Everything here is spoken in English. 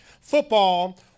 football